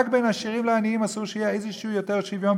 רק בין עשירים לעניים אסור שיהיה יותר שוויון,